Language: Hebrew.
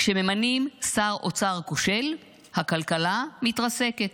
כשממנים שר אוצר כושל הכלכלה מתרסקת,